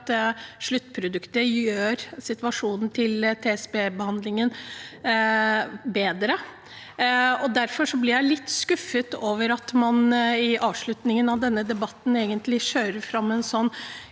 sluttproduktet gjør situasjonen til TSB-behandlingen bedre. Derfor blir jeg litt skuffet over at man i avslutningen av denne debatten kjører fram sånt